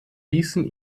ließen